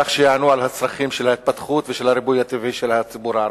כך שיענו על הצרכים של ההתפתחות ושל הריבוי הטבעי של הציבור הערבי.